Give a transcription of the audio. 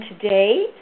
today